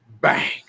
Bang